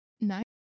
nice